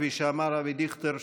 כפי שאמר אבי דיכטר,